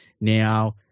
Now